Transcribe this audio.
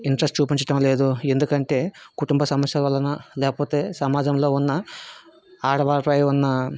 interest చూపించడం లేదు ఎందుకంటే కుటుంబ సమస్యల వలన లేకపోతే సమాజంలో ఉన్న ఆడవారిపై ఉన్న